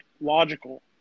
logical